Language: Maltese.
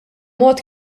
mod